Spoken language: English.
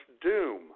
Doom